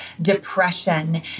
depression